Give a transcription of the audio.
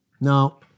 Now